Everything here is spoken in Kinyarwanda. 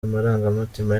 amarangamutima